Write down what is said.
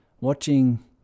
watching